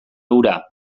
hura